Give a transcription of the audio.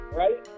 right